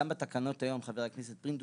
גם בתקנות היום חבר הכנסת פינדרוס,